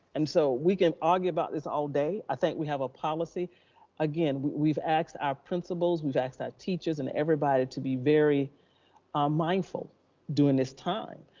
and so we can argue about this all day. i think we have a policy again, we've asked our principals, we've asked our teachers and everybody to be very mindful during this time.